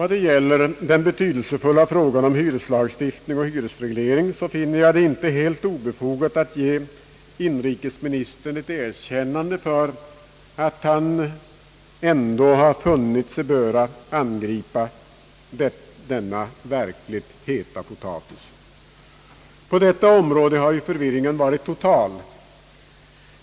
Då det gäller den betydelsefulla fråsan om hyreslagstiftning och hyresreglering finner jag det inte helt obefogat att ge inrikesministern ett erkännande för att han ändå har funnit sig böra angripa denna verkligt »heta potatis». På det här området har ju förvirringen varit total.